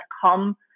come